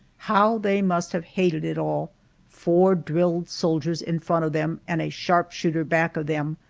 how they must have hated it all four drilled soldiers in front of them and a sharpshooter back of them,